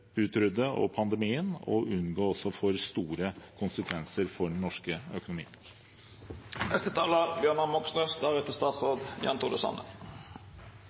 og pandemien og for å unngå for store konsekvenser for den norske